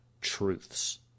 truths